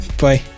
bye